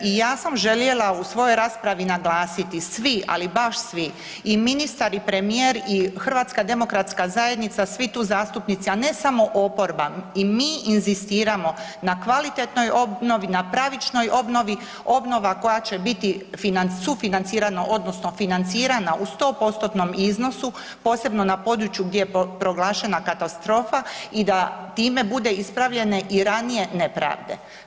I ja sam željela u svojoj raspravi naglasiti, svi ali baš svi i ministar i premijer i HDZ, svi tu zastupnici, a ne samo oporba i mi inzistiramo na kvalitetnoj obnovi, na pravičnoj obnovi, obnova koja će biti sufinancirana odnosno financirana u 100%-tnom iznosu posebno na području gdje je proglašena katastrofa i da time budu ispravljene i ranije nepravde.